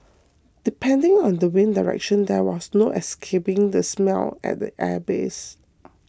depending on the wind direction there was no escaping the smell at the airbase